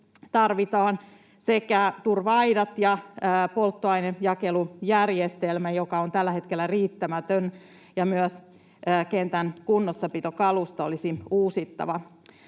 sekä turva-aidat ja polttoainejakelujärjestelmä, joka on tällä hetkellä riittämätön, ja myös kentän kunnossapitokalusto olisi uusittava.